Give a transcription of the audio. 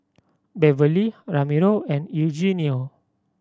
Beverly Ramiro and Eugenio